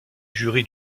jury